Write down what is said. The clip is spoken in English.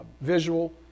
visual